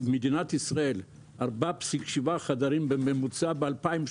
מדינת ישראל - 4,7 חדרים בממוצע ב-2017.